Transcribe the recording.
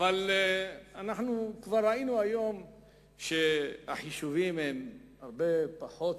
אבל ראינו כבר היום שההוצאה היא הרבה פחות.